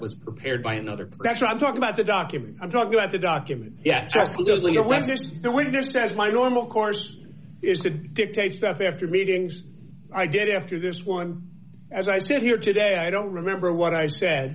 was prepared by another that's what i'm talking about the document i'm talking about the documents yet they went just as my normal course is to dictate stuff after meetings i did after this one as i sit here today i don't remember what i said